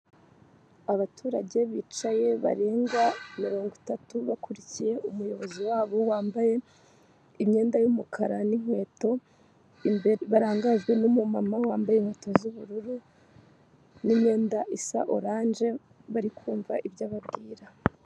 Abaturage bicaye barenga mirongo itatu bakurikiye umuyobozi wabo wambaye imyenda y'umukara n'inkweto, barangajwe n'umumama wambaye inkweto z'ubururu n'imyenda isa oranje, bari kumva ibyo ababwira.